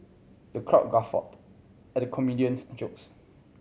the crowd guffawed at the comedian's jokes